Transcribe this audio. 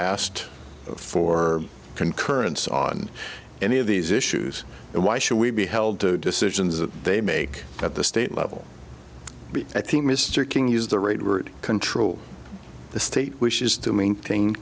asked for concurrence on any of these issues and why should we be held to decisions that they make at the state level but i think mr king is the right word control the state wishes to maintain